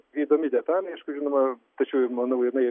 įdomi detalė aišku žinoma tačiau manau jinai